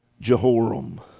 Jehoram